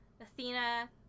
Athena